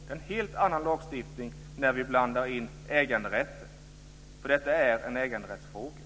Det är en helt annan lagstiftning när vi blandar in äganderätten, och detta är en äganderättsfråga.